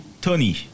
Tony